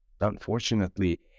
unfortunately